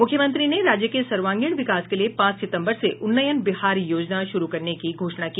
मुख्यमंत्री ने राज्य के सर्वांगीण विकास के लिए पांच सितंबर से उन्नयन बिहार योजना शुरू करने की घोषणा की